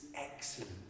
excellent